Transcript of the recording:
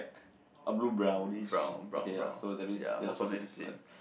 uh blue brownish okay ya so that means they not so particular